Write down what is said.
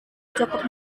cukup